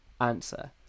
answer